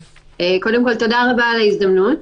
קודם כול, תודה רבה על ההזדמנות.